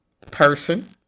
Person